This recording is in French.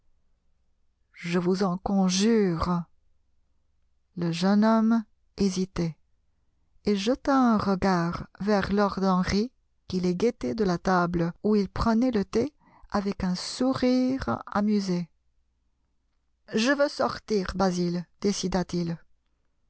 je vous en conjure le jeune homme hésitait et jeta un regard vers lord henry qui les guettait de la table où il prenait le thé avec un sourire amusé je yeux sortir basil